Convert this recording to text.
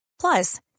plus